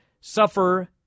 suffer